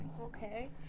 okay